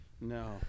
No